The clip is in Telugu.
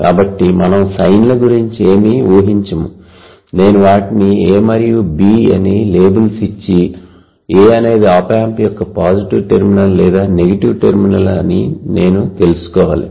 కాబట్టి మనం సైన్ ల గురించి ఏమీ ఊహించము నేను వాటిని A మరియు B అని లేబుల్స్ ఇచ్చి A అనేది ఆప్ ఆంప్ యొక్క పాజిటివ్ టెర్మినల్ లేదా నెగటివ్ టెర్మినల్ అని నేను తెలుసుకోవాలి